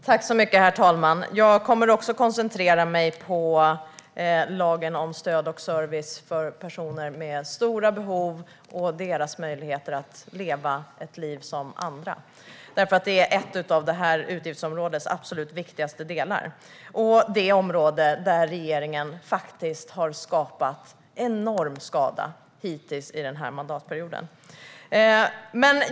Herr talman! Jag kommer också att koncentrera mig på lagen om stöd och service för personer med stora behov och deras möjligheter att leva ett liv som andra. Det är nämligen en av detta utgiftsområdes absolut viktigaste delar och ett område där regeringen har skapat enorm skada hittills under den här mandatperioden.